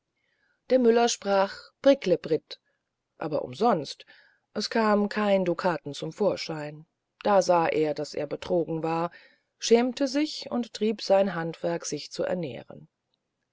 der müller sprach bricklebrit aber umsonst es kam kein ducaten zum vorschein da sah er daß er betrogen war schämte sich und trieb sein handwerk sich zu ernähren